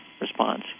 response